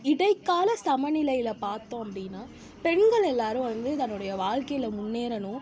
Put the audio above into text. இடைக்கால சமநிலையில் பார்த்தோம் அப்படின்னா பெண்கள் எல்லோரும் வந்து தன்னுடைய வாழ்க்கையில் முன்னேறணும்